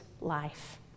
life